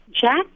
Jack